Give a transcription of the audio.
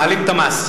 מעלים את המס.